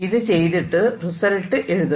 ഇത് ചെയ്തിട്ട് റിസൾട്ട് എഴുതണം